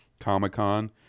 comic-con